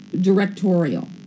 directorial